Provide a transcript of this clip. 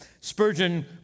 Spurgeon